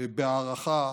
בגאווה ובהערכה